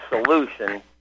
solution